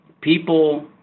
people